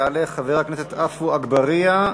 יעלה חבר הכנסת עפו אגבאריה,